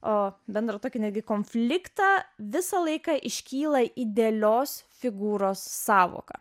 o bendro tokį netgi konfliktą visą laiką iškyla idealios figūros sąvoka